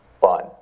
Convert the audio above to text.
fun